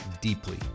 deeply